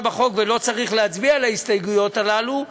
בחוק ולא צריך להצביע על ההסתייגויות הללו,